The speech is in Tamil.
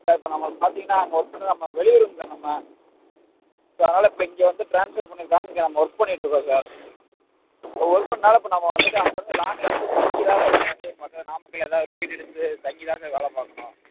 சார் இப்போ நம்ம பார்த்தீங்கன்னா அங்கே ஒர்க் பண்ணுறது நம்ம வெளியூருங்க நம்ம ஸோ அதனால் இப்போ இங்கே வந்து ட்ரான்ஸ்ஃபர் பண்ணிருக்காங்கள் இங்கே நம்ம ஒர்க் பண்ணிட்ருக்கோம் சார் ஓ ஒர்க் பண்றதனால இப்போ நம்ம வந்துட்டு அங்கேருந்து நாமக்கல்ல ஏதாது ஒரு வீடு எடுத்து தங்கி தான் சார் வேலை பார்க்கணும்